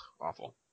awful